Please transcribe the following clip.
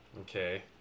Okay